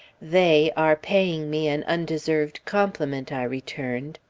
they are paying me an undeserved compliment, i returned.